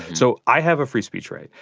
so i have a free speech right.